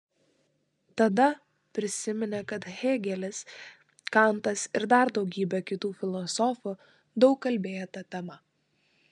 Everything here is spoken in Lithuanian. tada prisiminė kad hėgelis kantas ir dar daugybė kitų filosofų daug kalbėję ta tema